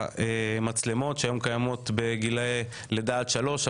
זה המצלמות שקיימות היום בגילאי לידה עד שלוש,